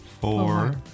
four